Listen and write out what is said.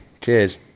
Cheers